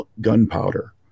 gunpowder